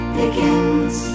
begins